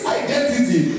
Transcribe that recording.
identity